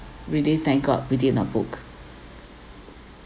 really thank god we did not booked